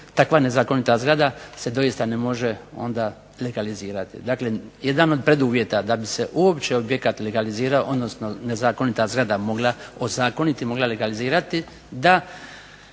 takva nezakonita zgrada se doista ne može onda legalizirati. Dakle, jedan od preduvjeta da bi se uopće objekat legalizirao odnosno nezakonita zgrada mogla ozakoniti, mogla legalizirati da